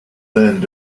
end